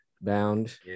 bound